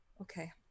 okay